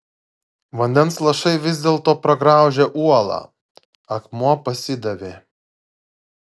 vandens lašai vis dėlto pragraužė uolą akmuo pasidavė